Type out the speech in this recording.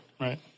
Right